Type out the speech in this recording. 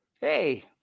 Hey